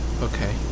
Okay